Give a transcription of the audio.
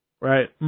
right